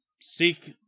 seek